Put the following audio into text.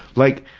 like,